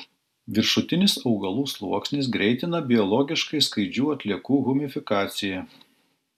viršutinis augalų sluoksnis greitina biologiškai skaidžių atliekų humifikaciją